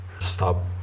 stop